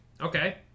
Okay